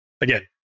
again